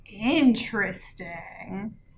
interesting